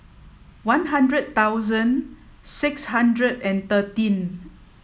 one hundred thousand six hundred and thirteen